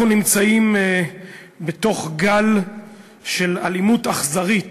אנחנו נמצאים בתוך גל של אלימות אכזרית